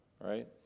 right